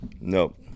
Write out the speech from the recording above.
Nope